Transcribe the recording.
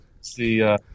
see